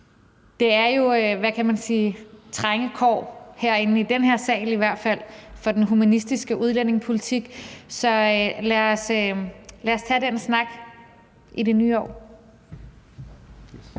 der er jo de trange kår, i hvert fald inde i den her sal, for den humanistiske udlændingepolitik. Så lad os tage den snak i det nye år.